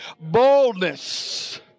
boldness